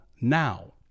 now